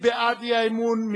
מי בעד האי-אמון?